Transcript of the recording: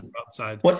outside